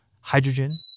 hydrogen